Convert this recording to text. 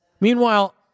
Meanwhile